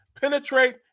penetrate